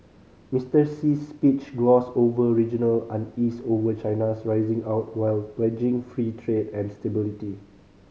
Mister Xi's speech glossed over regional unease over China's rising out while pledging free trade and stability